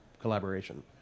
collaboration